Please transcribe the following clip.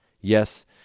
Yes